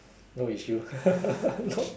no issue no